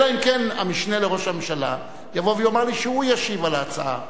אלא אם כן המשנה לראש הממשלה יבוא ויאמר לי שהוא ישיב על הצעת אי-אמון.